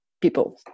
people